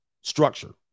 structure